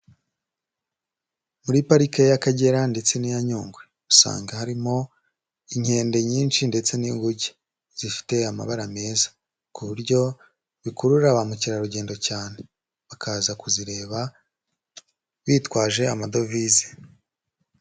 Muri Parike y'Akagera ndetse n'iya Nyungwe usanga harimo inkende nyinshi ndetse n'inguge, zifite amabara meza ku buryo bikurura ba mukerarugendo cyane bakaza kuzireba bitwaje amadovize.